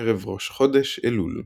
ראש חודש אלול.